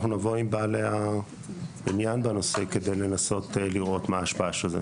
אנחנו נבוא עם בעלי העניין בנושא כדי לראות מה ההשפעה של זה.